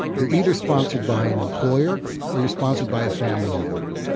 you're either sponsored by an employer or you're sponsored by a family member.